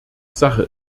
sache